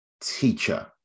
teacher